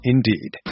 Indeed